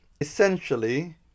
Essentially